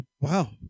Wow